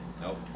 nope